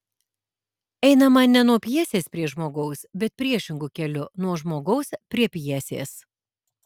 einama ne nuo pjesės prie žmogaus bet priešingu keliu nuo žmogaus prie pjesės